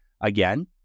again